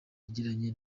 yagiranye